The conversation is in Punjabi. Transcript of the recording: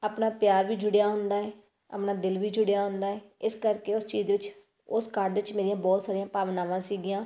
ਆਪਣਾ ਪਿਆਰ ਵੀ ਜੁੜਿਆ ਹੁੰਦਾ ਹੈ ਆਪਣਾ ਦਿਲ ਵੀ ਜੁੜਿਆ ਹੁੰਦਾ ਹੈ ਇਸ ਕਰਕੇ ਉਸ ਚੀਜ਼ ਵਿਚ ਉਸ ਕਾਰਡ ਵਿੱਚ ਮੇਰੀਆਂ ਬਹੁਤ ਸਾਰੀਆਂ ਭਾਵਨਾਵਾਂ ਸੀਗੀਆਂ